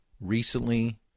recently